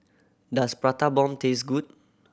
does Prata Bomb taste good